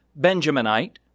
Benjaminite